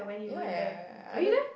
ya I don't